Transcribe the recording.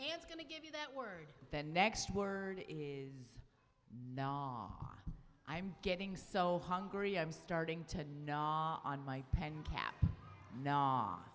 it's going to give you that word the next word is ah i'm getting so hungry i'm starting to knock on my pen cap n